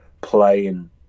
playing